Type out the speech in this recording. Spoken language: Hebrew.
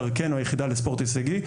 דרכנו היחידה לספורט הישגי.